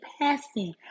passing